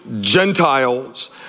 Gentiles